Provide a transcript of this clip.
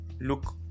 look